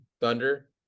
thunder